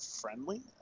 friendly